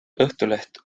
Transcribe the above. õhtuleht